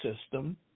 system